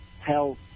health